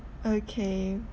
okay